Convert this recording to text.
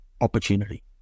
opportunity